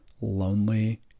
lonely